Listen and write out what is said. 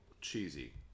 cheesy